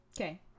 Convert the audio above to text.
Okay